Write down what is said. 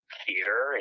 theater